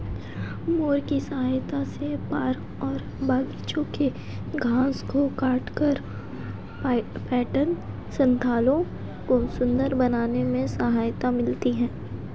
mower की सहायता से पार्क और बागिचों के घास को काटकर पर्यटन स्थलों को सुन्दर बनाने में सहायता मिलती है